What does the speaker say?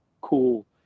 cool